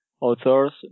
authors